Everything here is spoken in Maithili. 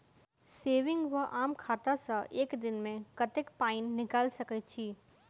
सेविंग वा आम खाता सँ एक दिनमे कतेक पानि निकाइल सकैत छी?